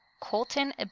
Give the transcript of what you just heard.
Colton